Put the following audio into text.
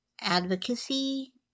advocacy